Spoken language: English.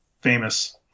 famous